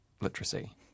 literacy